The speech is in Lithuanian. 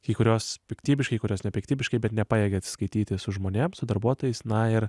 kai kurios piktybiškai kai kurios nepiktybiškai bet nepajėgia atsiskaityti su žmonėm su darbuotojais na ir